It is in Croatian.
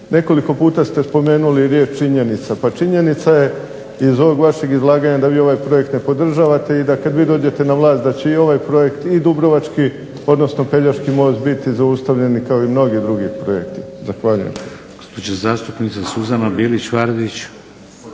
Nekoliko puta ste spomenuli riječ činjenica. Pa činjenica je da iz ovog vašeg izlaganja da vi ovaj projekt ne podržavate i da kada vi dođete na vlast da će i ovaj projekt i Pelješki most biti zaustavljen kao i mnogi drugi projekti. Zahvaljujem.